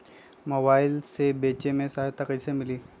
Mobile से बेचे में सहायता कईसे मिली?